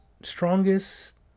strongest